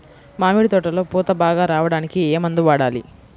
మామిడి తోటలో పూత బాగా రావడానికి ఏ మందు వాడాలి?